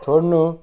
छोड्नु